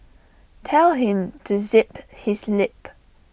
tell him to zip his lip